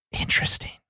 Interesting